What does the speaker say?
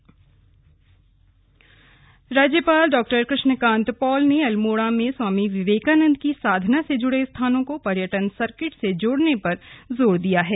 सम्बोधन राज्यपाल डॉ कृष्ण कान्त पॉल ने अल्मोड़ा में स्वामी विवेकानन्द की साधना से जुड़े स्थानों को पर्यटन सर्किट से जोड़ने पर जोर दिया है